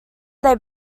they